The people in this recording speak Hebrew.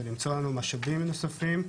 ולמצוא לנו משאבים נוספים,